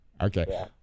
Okay